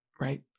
right